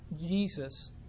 Jesus